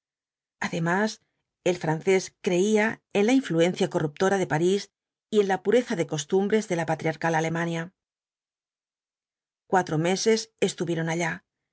además el francés creía en la influencia corruptora de parís y en la pureza de costumbres de la patriarcal alemania cuatro meses estuvieron allá